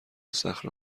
صخره